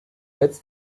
netz